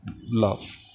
love